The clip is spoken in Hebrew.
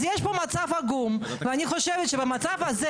אז יש פה מצב עגום ואני חושבת שבמצב הזה